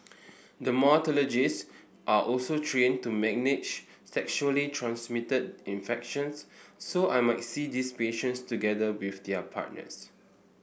dermatologist are also trained to manage sexually transmitted infections so I might see these patients together with their partners